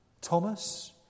Thomas